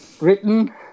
Written